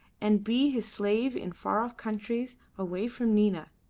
and be his slave in far-off countries, away from nina.